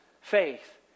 faith